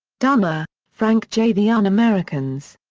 donner, frank j. the un-americans.